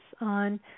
on